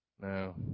No